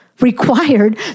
required